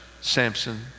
samson